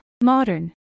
modern